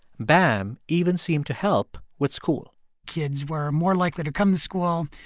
bam even seemed to help with school kids were more likely to come to school.